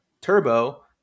turbo